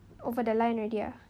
over the line already ah